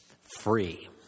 Free